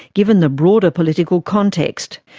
given the broader political context,